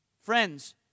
Friends